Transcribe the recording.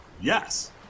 Yes